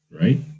right